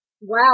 Wow